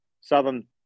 Southern